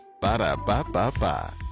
Ba-da-ba-ba-ba